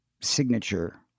signature